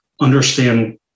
understand